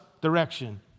direction